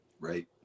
Right